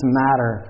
matter